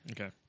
okay